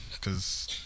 cause